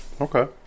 Okay